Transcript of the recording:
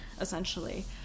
essentially